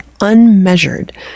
unmeasured